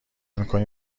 میکنی